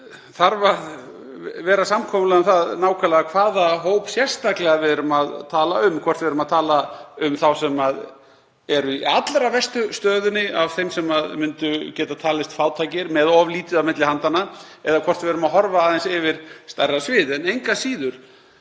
þarf að vera samkomulag um það nákvæmlega hvaða hóp við erum að tala um sérstaklega, hvort við erum að tala um þá sem eru í allra verstu stöðunni af þeim sem myndu geta talist fátækir, með of lítið á milli handanna, eða hvort við erum að horfa aðeins yfir stærra svið. En engu að síður